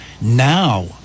now